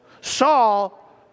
Saul